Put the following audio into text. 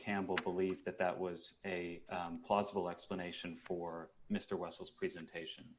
campbell believe that that was a plausible explanation for mr wessels presentation